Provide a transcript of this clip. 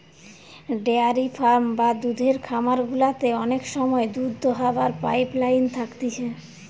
dairy farm বা দুধের খামার গুলাতে অনেক সময় দুধ দোহাবার পাইপ লাইন থাকতিছে